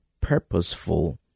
purposeful